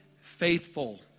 faithful